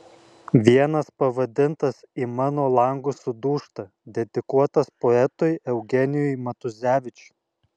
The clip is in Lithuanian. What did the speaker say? vienas pavadintas į mano langus sudūžta dedikuotas poetui eugenijui matuzevičiui